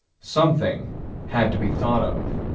something had to be thought of.